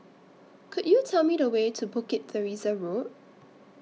Could YOU Tell Me The Way to Bukit Teresa Road